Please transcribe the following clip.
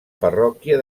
parròquia